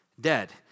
dead